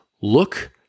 look